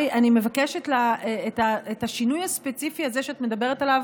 אני מבקשת, את השינוי הספציפי הזה שאת מדברת עליו,